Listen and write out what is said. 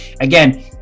again